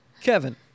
Kevin